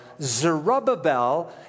Zerubbabel